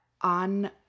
on